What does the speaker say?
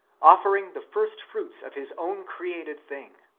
offering the first-fruits of his own created things.